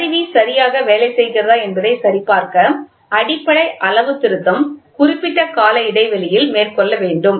கருவி சரியாக வேலை செய்கிறதா என்பதை சரிபார்க்க அடிப்படை அளவுத்திருத்தம் குறிப்பிட்ட கால இடைவெளியில் மேற்கொள்ள வேண்டும்